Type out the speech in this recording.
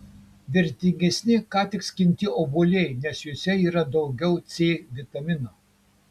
vertingesni ką tik skinti obuoliai nes juose yra daugiau c vitamino